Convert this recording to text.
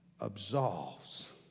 absolves